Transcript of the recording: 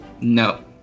no